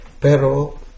pero